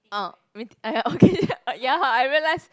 uh !aiya! okay ya I realize